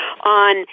on